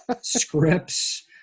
scripts